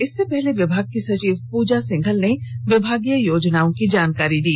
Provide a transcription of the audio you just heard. इससे पहले विभाग की सचिव पूजा सिंघल ने विभागीय योजनाओं की जानकारी दी